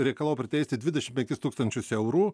reikalavo priteisti dvidešim penkis tūkstančius eurų